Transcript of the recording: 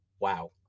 wow